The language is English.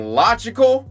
logical